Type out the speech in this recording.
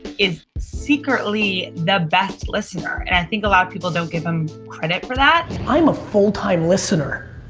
is secretly the best listener. and i think a lot of people don't give him credit for that. i am a full time listener.